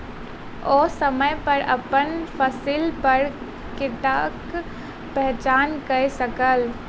ओ समय पर अपन फसिल पर कीटक पहचान कय सकला